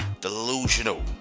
delusional